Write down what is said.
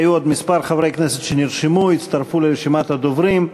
היו עוד כמה חברי כנסת שנרשמו והצטרפו לרשימת הדוברים.